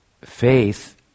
faith